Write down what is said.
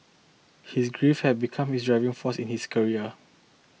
his grief had become his driving force in his career